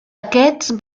aquests